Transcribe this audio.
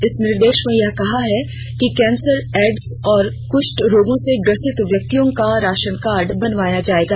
इस निर्देश में कहा गया है कि कैंसर एड्स और कुष्ठ रोगों से ग्रसित व्यक्तियों का राशन कार्ड बनवाया जायेगा